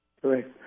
Correct